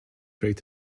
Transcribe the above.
rate